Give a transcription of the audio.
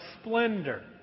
splendor